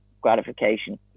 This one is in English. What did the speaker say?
gratification